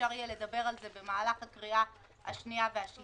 אפשר יהיה לדבר על זה במהלך ההכנה לקריאה השנייה והשלישית.